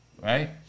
Right